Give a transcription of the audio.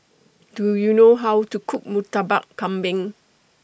Do YOU know How to Cook Murtabak Kambing